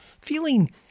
feeling